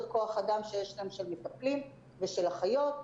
כוח אדם שיש להם של מטפלים ושל אחיות.